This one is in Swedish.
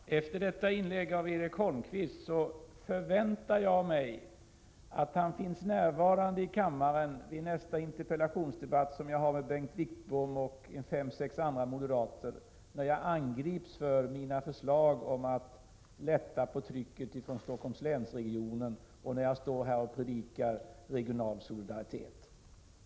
Herr talman! Efter detta inlägg av Erik Holmkvist förväntar jag mig att han finns närvarande i kammaren då jag vid den interpellationsdebatt som jag kommer att ha med Bengt Wittbom och fem-sex andra moderater angrips för mina förslag om att lätta på trycket från Stockholms länsregionen och för att jag predikar regional solidaritet.